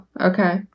okay